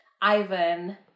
Ivan